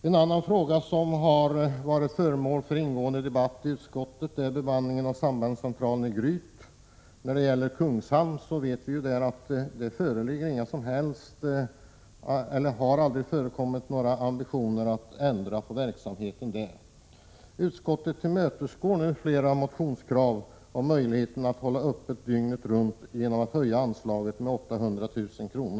En annan fråga som har varit föremål för ingående debatt i utskottet är bemanningen av sambandscentralen i Gryt. Utskottet tillmötesgår flera motionskrav om möjligheten att hålla denna öppen dygnet runt genom att föreslå höjning av anslaget med 800 000 kr.